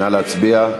נא להצביע.